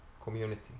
community